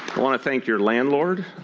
i want to thank your landlord,